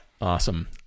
Awesome